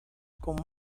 con